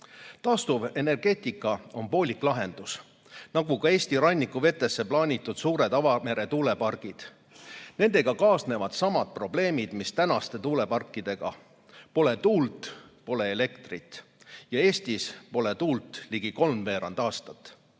kallim. Taastuvenergeetika on poolik lahendus, nagu ka Eesti rannikuvetesse plaanitud suured avamere tuulepargid. Nendega kaasnevad samad probleemid, mis tänaste tuuleparkidega: pole tuult, pole elektrit. Eestis pole tuult ligi kolmveerand aastat.